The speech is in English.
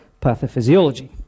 pathophysiology